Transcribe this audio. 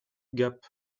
gap